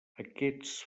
aquests